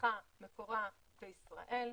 מהצריכה מקורה בישראל,